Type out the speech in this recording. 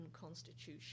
constitution